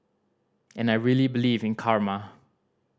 and I really believe in karma